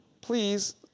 Please